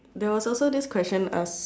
there was also this question ask